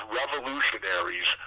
revolutionaries